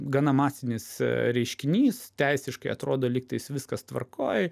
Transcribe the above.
gana masinis reiškinys teisiškai atrodo lygtais viskas tvarkoj